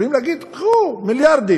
יכולים להגיד: קחו מיליארדים.